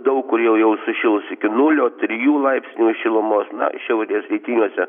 daug kur jau jau sušils iki nulio trijų laipsnių šilumos na šiaurės rytiniuose